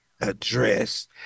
Address